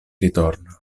ritorno